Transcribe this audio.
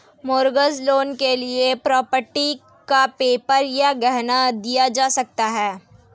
mortgage loan के लिए property का पेपर या गहना दिया जा सकता है